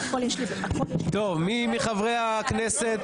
מי מחברי הכנסת